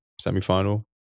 semi-final